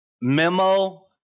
Memo